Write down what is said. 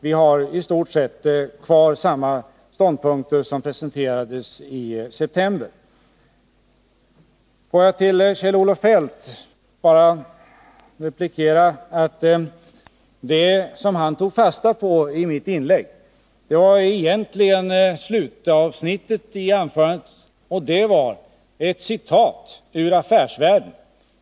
Vi har i stort sett kvar samma ståndpunkter som presenterades i september. Får jag till Kjell-Olof Feldt bara replikera att det han tog fasta på i mitt inlägg var slutavsnittet, där jag anförde ett citat ur Affärsvärlden.